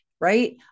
right